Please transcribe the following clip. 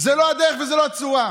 זו לא הדרך וזו לא הצורה,